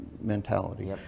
mentality